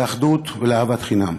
לאחדות ולאהבת חינם.